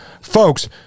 Folks